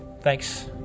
Thanks